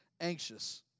anxious